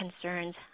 concerns